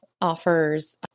offers